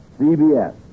CBS